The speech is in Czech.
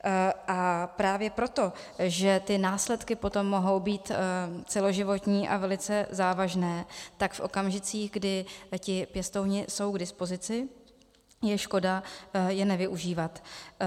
A právě proto, že následky potom mohou být celoživotní a velice závažné, tak v okamžicích, kdy pěstouni jsou k dispozici, je škoda je nevyužívat.